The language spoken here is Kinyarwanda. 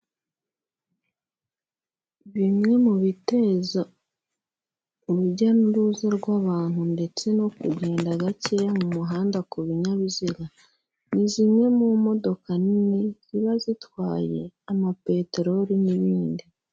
Bimwe mu biteza urujya n'uruza rw'abantu ndetse no kugenda gake mu muhanda ku binyabiziga, ni zimwe mu modoka nini ziba zitwaye amapeteroli n'ibindi.